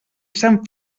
sant